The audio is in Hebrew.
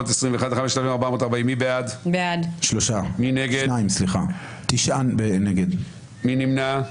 3 בעד, 8 נגד, 2 נמנעים.